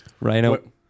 Rhino